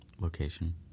Location